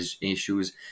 issues